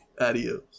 Adios